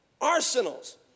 arsenals